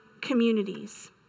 communities